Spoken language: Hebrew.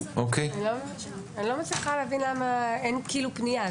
אני לא מצליחה להבין למה אין פנייה.